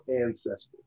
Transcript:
ancestors